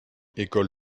ecole